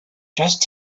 just